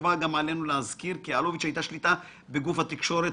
חובה גם עלינו להזכיר שלאלוביץ' הייתה שליטה בגוף התקשורת